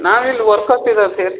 ನಾವು ಇಲ್ಲ ವರ್ಕರ್ಸ್ಸಿಗೆ